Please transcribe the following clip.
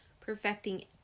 perfecting